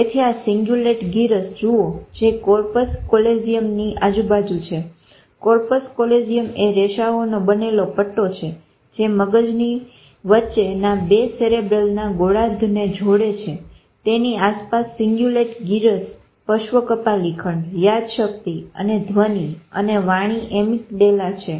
તેથી આ cingulate gyrus જુઓ જે કોર્પસ કોલોઝીયમની આજુબાજુ છે કોર્પસ કોલોઝીયમ એ રેસાઓનો બનેલો પટ્ટો છે જે મગજની વચ્ચે બે સેરેબ્રલના ગોળાર્ધ ને જોડે છે તેની આસપાસ સીન્ગ્યુલેટ ગીરસ પર્શ્વ કપાલી ખંડ યાદશક્તિ અને ધ્વની અને વાણી એમિક ડેલા છે